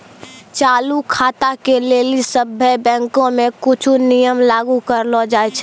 चालू खाता के लेली सभ्भे बैंको मे कुछो नियम लागू करलो जाय छै